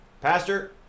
Pastor